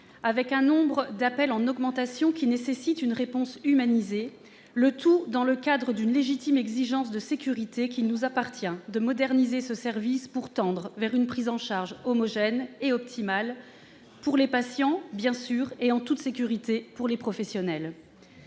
avec un nombre d'appels en augmentation auxquels il faut apporter une réponse humanisée, tout cela dans le respect d'une légitime exigence de sécurité, qu'il nous appartient de moderniser ce service pour tendre vers une prise en charge homogène et optimale pour les patients et en toute sécurité pour les professionnels.